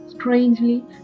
Strangely